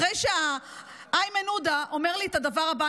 אחרי שאיימן עודה אומר לי את הדבר הבא,